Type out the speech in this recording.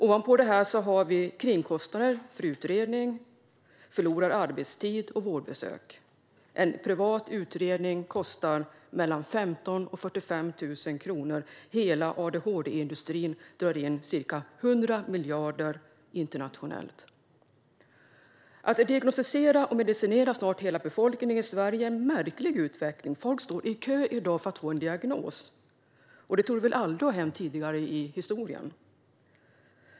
Ovanpå detta har vi kringkostnader för utredning, förlorad arbetstid och vårdbesök. En privat utredning kostar mellan 15 000 och 45 000 kronor. Hela adhd-industrin drar in ca 100 miljarder internationellt. Att man diagnostiserar och medicinerar snart hela befolkningen i Sverige är en märklig utveckling. Folk står i dag i kö för att få en diagnos, vilket aldrig tidigare i historien torde ha hänt.